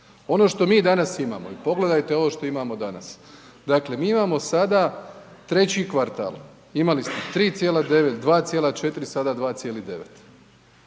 Ono što mi danas imamo i pogledajte ovo što imamo danas, dakle mi imamo sada treći kvartal, imali ste 3,9, 2,4, sada 2,9,